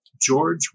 George